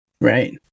Right